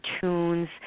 tunes